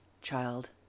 child